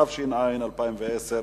התש"ע 2010,